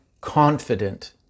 confident